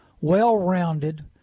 well-rounded